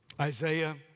Isaiah